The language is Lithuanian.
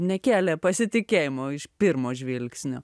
nekėlė pasitikėjimo iš pirmo žvilgsnio